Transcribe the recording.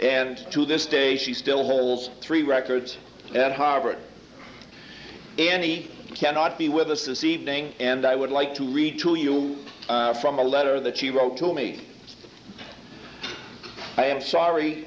and to this day she still holds three records at harvard annie cannot be with us this evening and i would like to read to you from a letter that she wrote to me i am sorry